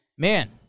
Man